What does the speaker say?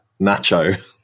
Nacho